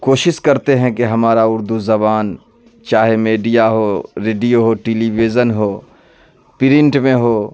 کوشش کرتے ہیں کہ ہمارا اردو زبان چاہے میڈیا ہو ریڈیو ہو ٹیلیویژن ہو پرنٹ میں ہو